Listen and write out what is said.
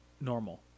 normal